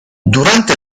durante